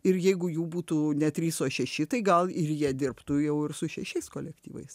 ir jeigu jų būtų ne trys o šeši tai gal ir jie dirbtų jau ir su šešiais kolektyvais